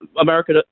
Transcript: America